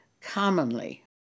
commonly